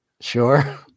sure